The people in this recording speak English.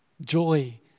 joy